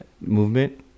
movement